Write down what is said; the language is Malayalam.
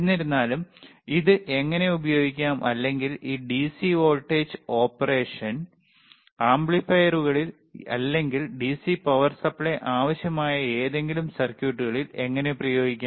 എന്നിരുന്നാലും ഇത് എങ്ങനെ ഉപയോഗിക്കാം അല്ലെങ്കിൽ ഈ ഡിസി വോൾട്ടേജ് ഓപ്പറേഷൻ ആംപ്ലിഫയറുകളിൽ അല്ലെങ്കിൽ ഡിസി പവർ സപ്ലൈ ആവശ്യമായ ഏതെങ്കിലും സർക്യൂട്ടിലേക്ക് എങ്ങനെ പ്രയോഗിക്കാം